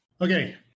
Okay